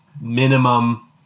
minimum